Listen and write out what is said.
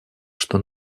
что